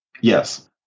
Yes